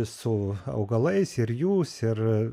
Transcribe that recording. su augalais ir jūs ir